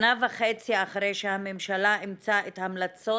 שנה וחצי אחרי שהממשלה אימצה את המלצות